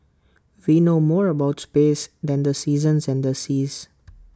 we know more about space than the seasons and the seas